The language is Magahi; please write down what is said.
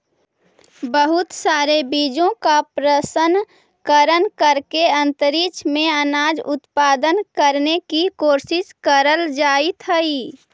बहुत सारे बीजों का प्रशन करण करके अंतरिक्ष में अनाज उत्पादन करने की कोशिश करल जाइत हई